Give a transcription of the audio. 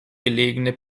gelegene